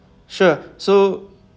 sure so